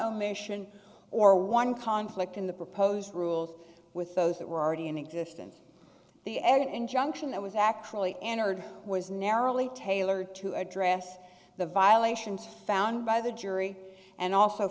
omission or one conflict in the proposed rules with those that were already in existence the end injunction that was actually entered was narrowly tailored to address the violations found by the jury and also